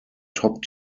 top